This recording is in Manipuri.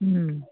ꯎꯝ